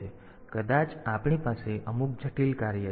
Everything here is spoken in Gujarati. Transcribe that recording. તેથી કદાચ આપણી પાસે અમુક જટિલ કાર્ય છે